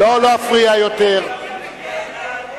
סעיף 18